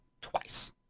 twice